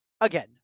again